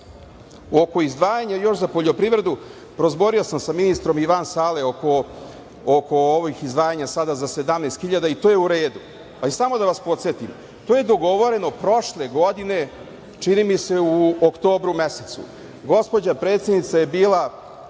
još izdvajanja za poljoprivredu prozborio sam sa ministrom i van sale oko ovih izdvajanja sada za 17.000 i to je u radu, ali samo da vas podsetim to je dogovoreno prošle godine čini mi se u oktobru mesecu. Gospođa predsednica je bila